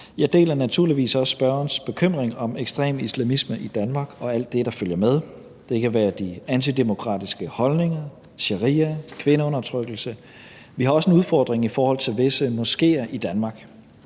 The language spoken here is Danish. Jeg deler naturligvis også spørgerens bekymring om ekstrem islamisme i Danmark og alt det, der følger med. Det kan være de antidemokratiske holdninger, sharia, kvindeundertrykkelse. Vi har også en udfordring i forhold til visse moskéer i Danmark,